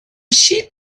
sheep